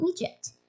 Egypt